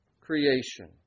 creation